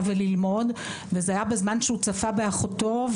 וללמוד וזה היה בזמן שהוא צפה באחותו,